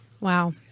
Wow